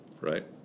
Right